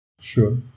Sure